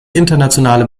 internationale